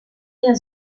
der